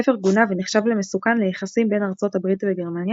הספר גונה ונחשב למסוכן ליחסים בין ארצות הברית וגרמניה